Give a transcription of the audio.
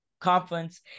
conference